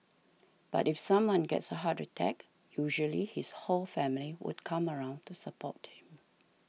but if someone gets a heart attack usually his whole family would come around to support him